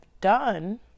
done